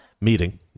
meeting